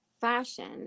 fashion